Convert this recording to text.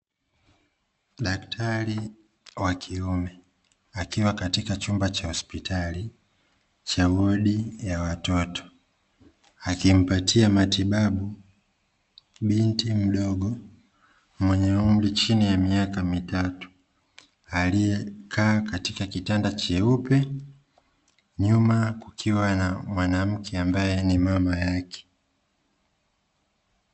Daktari wa kiume akiwa katika chumba cha hospitali cha wodi ya watoto, akimpatia matibabu binti mdogo mwenye umri chini ya miaka mitatu aliyekaa katika kitanda cheupe nyuma kukiwa na mwanamke ambaye ni mama yake.